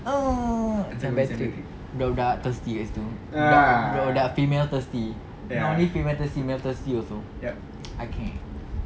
no saint patrick budak-budak thirsty kat situ budak-budak female thirsty not only female thirsty male thirsty also I can't